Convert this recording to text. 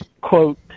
quote